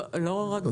לא רק בין הבנקים,